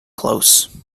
close